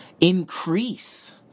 increase